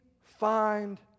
find